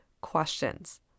questions